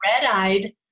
red-eyed